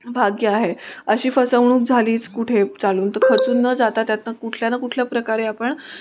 भाग्य आहे अशी फसवणूक झालीच कुठे चालून तर खचून न जाता त्यातून कुठल्या ना कुठल्या प्रकारे आपण